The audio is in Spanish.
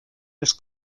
los